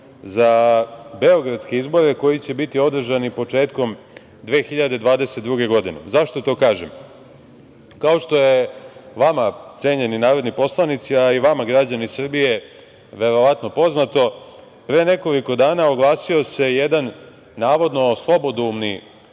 za beogradske izbore, koji će biti održani početkom 2022. godine.Zašto to kažem? Kao što je vama, cenjeni narodni poslanici, a i vama građani Srbije, verovatno poznato, pre nekoliko dana oglasio se jedan, navodno, slobodoumni